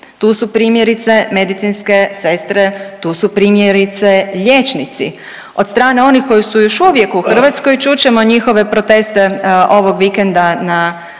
Tu su primjerice medicinske sestre, tu primjerice liječnici. Od strane onih koji su još uvijek u Hrvatskoj čut ćemo njihove proteste ovog vikenda na ulicama